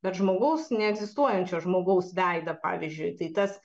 bet žmogaus neegzistuojančio žmogaus veidą pavyzdžiui tai tas